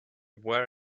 were